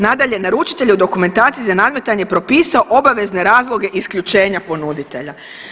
Nadalje, naručitelj je u dokumentaciji za nadmetanje propisao obavezne razloge isključenja ponuditelja.